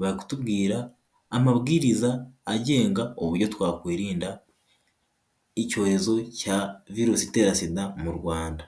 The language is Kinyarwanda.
Ba kutubwira amabwiriza, agenga uburyo twakwirinda icyorezo cya virusi itera sida, mu Rwanda.